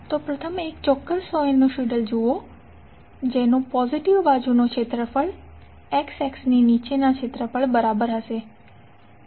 જો તમે એક ચોક્કસ સાઈનુસોઇડ જુવો તો પોઝિટીવ બાજુનું ક્ષેત્રફળ X અક્ષની નીચેના ક્ષેત્રફળ બરાબર હશે